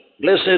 Blessed